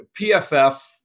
PFF